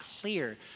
clear